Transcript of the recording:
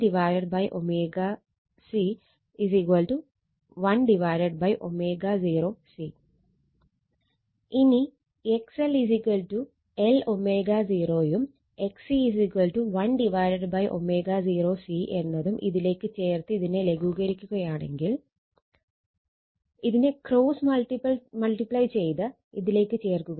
ഇനി XL L ω0 യും XC 1 ω0 C എന്നതും ഇതിലേക്ക് ചേർത്ത് ഇതിനെ ലഘൂകരിക്കുകയാണെങ്കിൽ ഇതിനെ ക്രോസ് മൾട്ടിപ്ലൈ ചെയ്ത് ഇതിലേക്ക് ചേർക്കുക